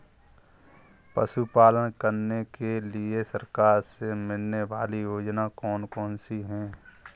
पशु पालन करने के लिए सरकार से मिलने वाली योजनाएँ कौन कौन सी हैं?